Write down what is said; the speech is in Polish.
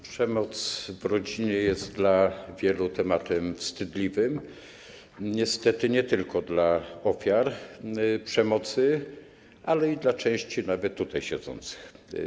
Przemoc w rodzinie jest dla wielu tematem wstydliwym, niestety nie tylko dla ofiar przemocy, ale nawet dla części tutaj siedzących.